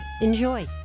Enjoy